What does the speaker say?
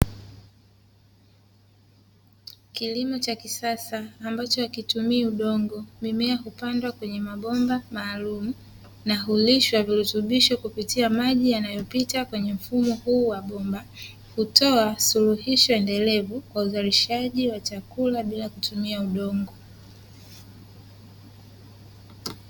kilimo cha kisasa ambacho hakitumi udongo ,mimea hupandwa kwenye mabomba maalumu na hulishwa virutubisho kupitia maji yanayopita kwenye mfumo huu wa bomba .hutoa suluhisho endelevu kwa uzalishaji wa chakula bila kutumia udongo .